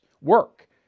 work